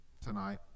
tonight